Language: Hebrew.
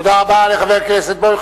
תודה רבה לחבר הכנסת בוים.